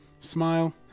smile